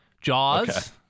Jaws